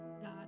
God